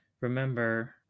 Remember